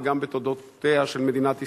וגם בתולדותיה של מדינת ישראל.